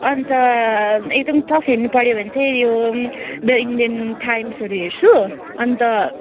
अन्त एकदम टफ हेर्नु पऱ्यो भने चाहिँ यो द इन्डियन टाइम्सहरू हेर्छु अन्त